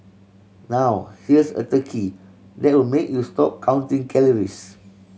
now here's a turkey that will make you stop counting calories